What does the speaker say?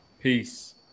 peace